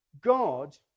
God